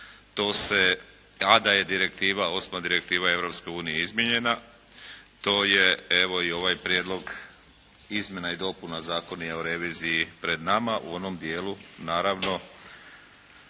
Direktiva Europske unije izmijenjena to je evo i ovaj Prijedlog izmjena i dopunama Zakona o reviziji pred nama u onom dijelu naravno